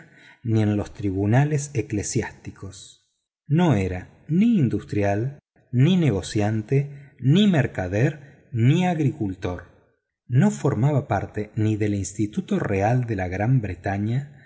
ni en los tribunales eclesiásticos no era ni industrial ni negociante ni mercader ni agricultor no formaba parte ni del instituto real de la gran bretaña